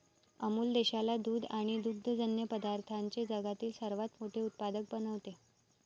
अमूल देशाला दूध आणि दुग्धजन्य पदार्थांचे जगातील सर्वात मोठे उत्पादक बनवते